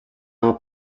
are